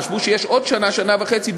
חשבו שיש עוד שנה או שנה וחצי,